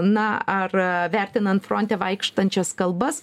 na ar vertinant fronte vaikštančias kalbas